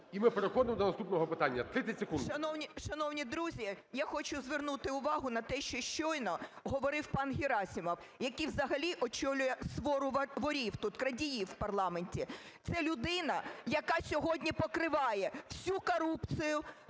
І ми переходимо до наступного питання. 30 секунд.